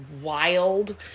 wild